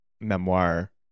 memoir